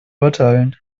urteilen